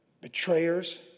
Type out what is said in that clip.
betrayers